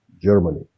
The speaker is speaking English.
Germany